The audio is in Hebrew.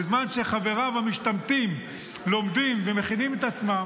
ובזמן שחבריו המשתמטים לומדים ומכינים את עצמם,